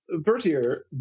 Bertier